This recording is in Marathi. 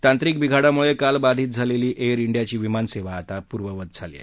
तांत्रिक बिघाडांमुळे काल बाधित झालेली एअर इंडियाची विमानसेवा आता पूर्ववत झाली आहे